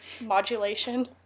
modulation